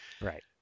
Right